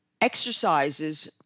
exercises